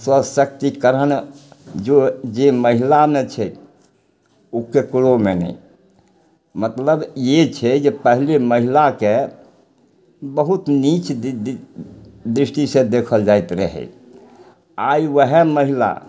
सशक्तिकरण जऽ जे महिलामे छै उ ककरोमे नहि मतलब ई छै जे पहिले महिलाके बहुत नीच दी दृष्टिसँ देखल जाइत रहय आइ वएह महिला